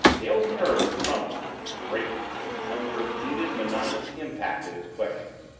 dale's nerve was crumbling breaking under the repeated, monotonous impact of his questions.